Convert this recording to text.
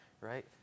Right